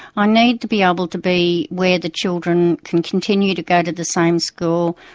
ah need to be able to be where the children can continue to go to the same school,